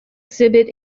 exhibit